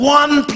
one